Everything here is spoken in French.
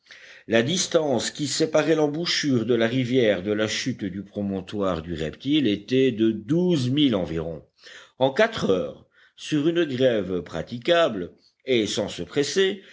la distance qui séparait l'embouchure de la rivière de la chute du promontoire du reptile était de douze milles environ en quatre heures sur une grève praticable et sans se presser